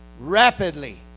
rapidly